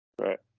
Right